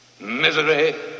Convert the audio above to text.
misery